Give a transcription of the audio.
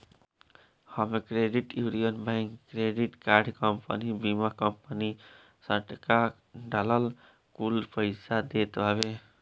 इमे credit union bank, credit card company, बीमा कंपनी, स्टाक दलाल कुल पइसा देत हवे